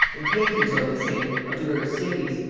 and paintings over the same of divers cities,